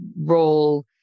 role